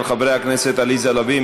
של חברי הכנסת עליזה לביא,